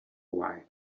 why